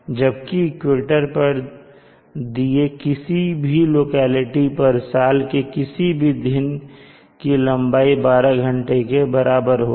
जबकि इक्वेटर पर दिए किसी भी लोकेलिटी पर साल के किसी भी दिन दिन की लंबाई 12 घंटे के बराबर होगी